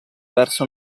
verso